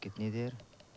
کتنی دیر